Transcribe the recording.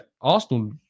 Arsenal